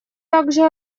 также